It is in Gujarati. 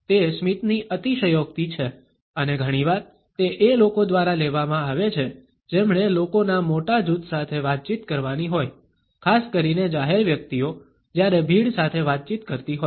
તે સ્મિતની અતિશયોક્તિ છે અને ઘણીવાર તે એ લોકો દ્વારા લેવામાં આવે છે જેમણે લોકોના મોટા જૂથ સાથે વાતચીત કરવાની હોય ખાસ કરીને જાહેર વ્યક્તિઓ જ્યારે ભીડ સાથે વાતચીત કરતી હોય